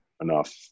enough